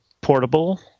portable